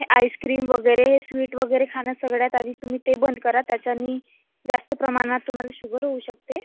हे आइसक्रीम वगैरे हे स्वीट वगैरे खाणं सगळ्यात आधी तुम्ही ते बंद करा त्याच्यानी जास्त प्रमाणात तुम्हाला शुगर होऊ शकते